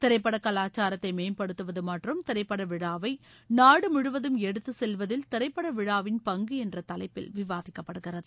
திரைப்பட கலாச்சாரத்தை மேம்படுத்துவது மற்றும் திரைப்படவிழாவை நாடு முழுவதும் எடுத்துச் செல்வதில் திரைப்படவிழாவின் பங்கு என்ற தலைப்பில் விவாதிக்கப்படுகிறது